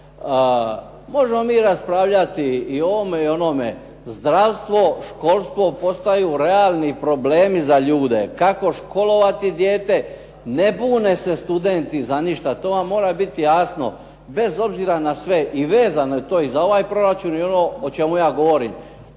Možemo mi raspravljati o ovome i o onome. Zdravstvo, školstvo postaju realni problemi za ljude, kako školovati dijete. Ne bune se studenti za ništa, to vam mora biti jasno bez obzira na sve. I vezano je to i za ovaj proračun i ono o čemu ja govorim.